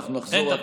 אין תכלית.